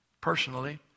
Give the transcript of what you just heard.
personally